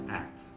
act